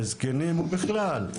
זקנים ובכלל,